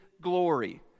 glory